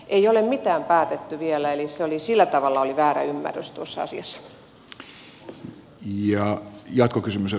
ei ole mitään päätetty vielä eli sillä tavalla oli väärä ymmärrys tuossa asiassa